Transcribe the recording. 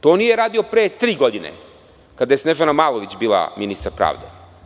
To nije radio pre tri godine kada je Snežana Malović bila ministar pravde.